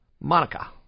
Monica